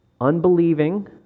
unbelieving